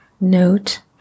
note